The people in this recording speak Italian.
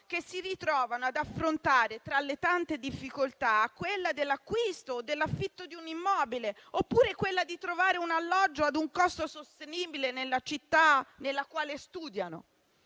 che si ritrovano ad affrontare, tra le tante difficoltà, quella dell'acquisto o dell'affitto di un immobile, oppure quella di trovare un alloggio ad un costo sostenibile nella città nella quale studiano.